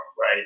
right